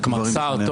מר סער,